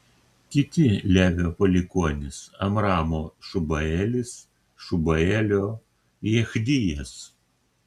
kiti levio palikuonys amramo šubaelis šubaelio jechdijas